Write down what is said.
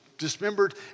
dismembered